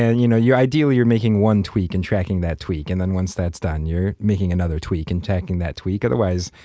and you know ideally, you're making one tweak and tracking that tweak, and and once that's done you're making another tweak and tracking that tweak. otherwise,